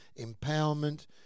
empowerment